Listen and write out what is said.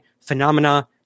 phenomena